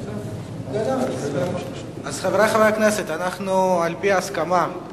חברי חברי הכנסת, אנחנו, על-פי הסכמה,